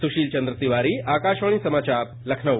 सुशील चंद्र तिवारी आकाशवाणी समाचार लखनऊ